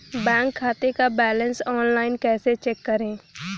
Bank खाते का balance online कैसे चेक करें?